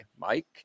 Mike